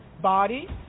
body